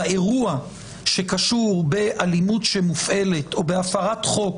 באירוע שקשור באלימות שמופעלת או בהפרת חוק